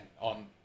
on